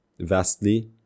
vastly